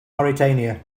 mauritania